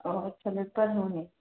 ଓହୋ ଆଚ୍ଛା ବେପାର ହେଉ ନାହିଁ